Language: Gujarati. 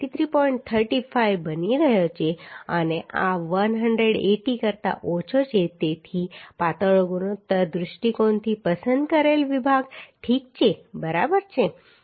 35 બની રહ્યો છે અને આ 180 કરતાં ઓછો છે તેથી પાતળો ગુણોત્તર દૃષ્ટિકોણથી પસંદ કરેલ વિભાગ ઠીક છે બરાબર છે